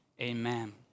amen